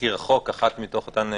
לתזכיר החוק, אחת מתוך אותן